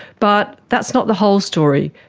but that's not the whole story.